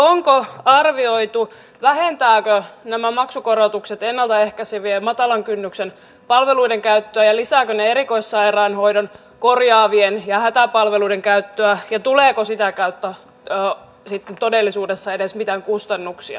onko arvioitu vähentävätkö nämä maksukorotukset ennalta ehkäisevien ja matalan kynnyksen palveluiden käyttöä ja lisäävätkö ne erikoissairaanhoidon korjaavien ja hätäpalveluiden käyttöä ja tuleeko sitä kautta sitten todellisuudessa edes mitään säästöjä